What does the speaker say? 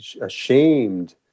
ashamed